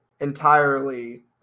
entirely